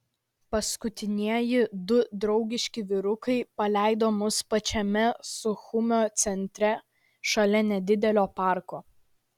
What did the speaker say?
paskutinieji du draugiški vyrukai paleido mus pačiame suchumio centre šalia nedidelio parko